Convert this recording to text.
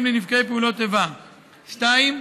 לכן,